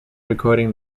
recording